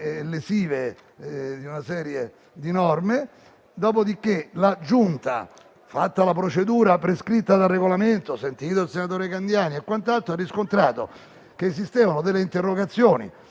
lesive di una serie di norme. La Giunta, espletata la procedura prescritta dal Regolamento, sentito il senatore Candiani, ha riscontrato che esistevano delle interrogazioni